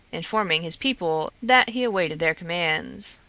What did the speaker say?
informing his people that he awaited their commands.